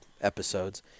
episodes